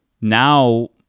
now